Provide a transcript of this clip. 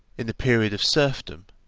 in the period of serfdom,